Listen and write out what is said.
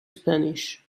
spanish